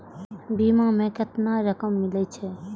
बीमा में केतना रकम मिले छै?